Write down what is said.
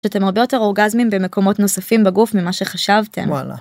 שאתם הרבה יותר אורגזמים במקומות נוספים בגוף ממה שחשבתם. וואלה.